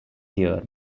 here